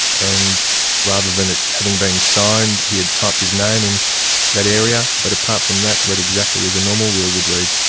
and rather than it having been signed he had typed his name in that area, but apart from that it read exactly as a normal will would read.